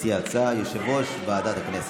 מציע ההצעה, יושב-ראש ועדת הכנסת.